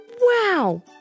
Wow